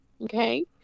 okay